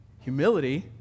Humility